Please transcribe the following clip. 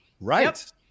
Right